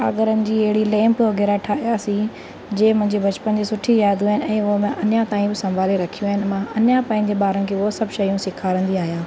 कागरनि जी अहिड़ी लैंप वग़ैरह ठाहियासीं जे मुंहिंजे बचपन जी सुठी यादूं आहिनि ऐं हूअ मां अञा ताईं संभाले रखियूं आहिनि मां अञा पंहिंजे ॿारनि खे हूअ सभु शयूं सेखारींदी आहियां